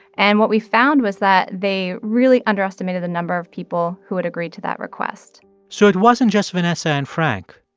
and what we found was that they really underestimated the number of people who would agree to that request so it wasn't just vanessa and frank.